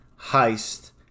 heist